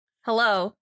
hello